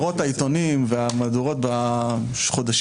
דווקא כותרות העיתונים והמהדורות בחודשים